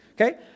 Okay